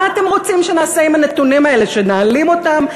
מה אתם רוצים שנעשה עם הנתונים האלה, שנעלים אותם?